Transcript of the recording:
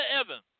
Evans